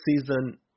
season